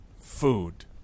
Food